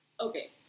Okay